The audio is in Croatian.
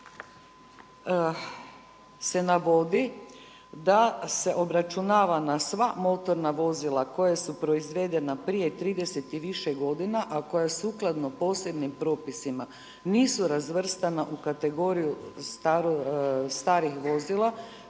8. se navodi da se obračunava na sva motorna vozila koja su proizvedena prije 30 i više godina, a koja sukladno posebnim propisima nisu razvrstana u kategoriju starijih vozila.